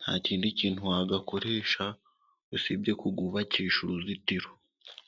nta kindi kintu wayakoresha, usibye kuyubakisha uruzitiro.